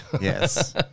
Yes